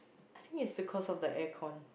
I think it's because of the air con